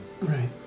Right